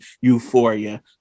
euphoria